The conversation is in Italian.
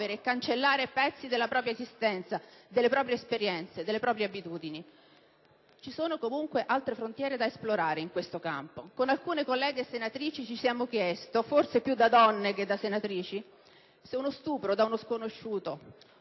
e cancellare pezzi della propria esistenza, delle proprie esperienze, delle proprie abitudini. Ci sono comunque altre frontiere da esplorare, in questo campo. Con alcune colleghe senatrici ci siamo chieste, forse più da donne che da parlamentari, se uno stupro ad opera di uno sconosciuto